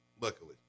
Luckily